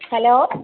hello